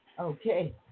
Okay